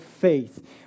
faith